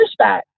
pushback